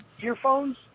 earphones